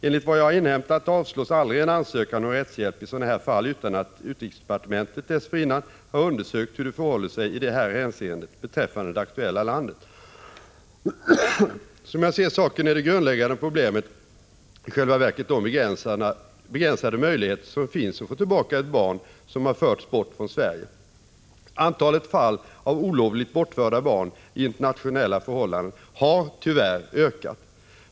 Enligt vad jag har inhämtat avslås aldrig en ansökan om rättshjälp i sådana trafiken här fall utan att utrikesdepartementet dessförinnan har undersökt hur det förhåller sig i det hänseendet beträffande det aktuella landet. Som jag ser saken är det grundläggande problemet i själva verket de begränsade möjligheter som finns att få tillbaka ett barn som har förts bort från Sverige. Antalet fall av olovligt bortförda barn i internationella förhållanden har tyvärr ökat.